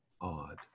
odd